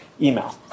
email